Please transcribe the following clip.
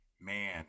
man